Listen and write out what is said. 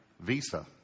Visa